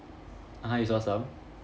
(uh huh) you saw some